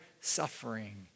suffering